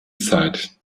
zeit